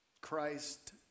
Christ